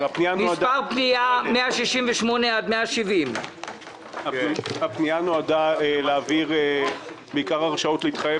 מס' פנייה 170 168. הפנייה נועדה להעביר בעיקר הרשאות להתחייב